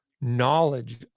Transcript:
knowledge